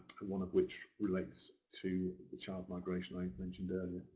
one of which relates to the child migration i mentioned